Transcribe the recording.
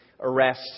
arrest